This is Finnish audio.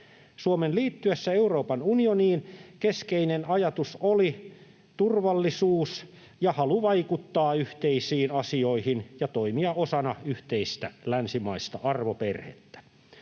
Suomen liittyessä Euroopan unioniin keskeinen ajatus oli turvallisuus ja halu vaikuttaa yhteisiin asioihin ja toimia osana yhteistä länsimaista arvoperhettä.